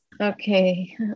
Okay